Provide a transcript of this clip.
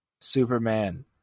superman